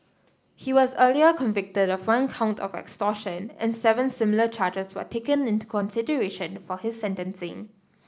he was earlier convicted of one count of extortion and seven similar charges were taken into consideration for his sentencing